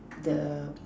the